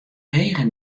hege